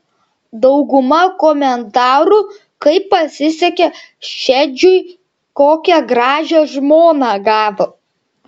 dauguma komentarų kaip pasisekė šedžiui kokią gražią žmoną gavo